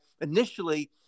initially